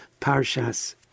Parshas